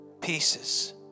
pieces